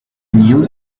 new